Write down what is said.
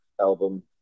album